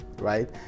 right